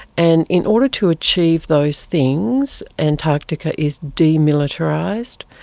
and in order to achieve those things, antarctica is demilitarised.